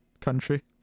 country